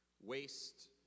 waste